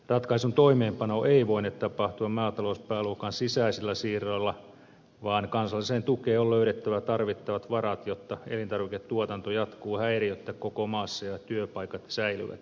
ratkaisun toimeenpano ei voine tapahtua maatalouspääluokan sisäisillä siirroilla vaan kansalliseen tukeen on löydettävä tarvittavat varat jotta elintarviketuotanto jatkuu häiriöttä koko maassa ja työpaikat säilyvät